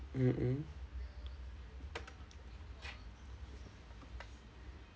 mmhmm